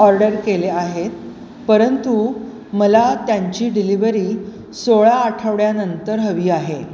order केले आहेत परंतु मला त्यांची डिलिव्हरी सोळा आठवड्यानंतर हवी आहे